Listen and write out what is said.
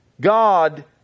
God